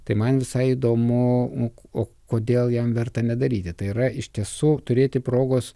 tai man visai įdomu o kodėl jam verta nedaryti tai yra iš tiesų turėti progos